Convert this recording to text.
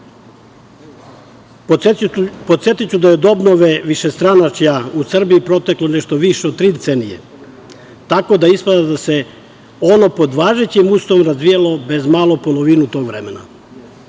period. Podsetiću da je od obnove višestranačja u Srbiji proteklo nešto više od tri decenije, tako da ispada da se ono pod važećim uslovima odvijalo bezmalo polovinu tog vremena.